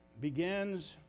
begins